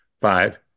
Five